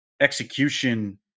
execution